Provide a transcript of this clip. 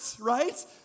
Right